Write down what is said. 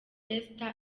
esther